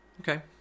Okay